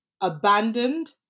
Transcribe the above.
abandoned